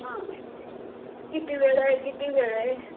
हां किती वेळ आहे किती वेळ आहे